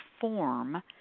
form